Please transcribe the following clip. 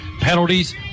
penalties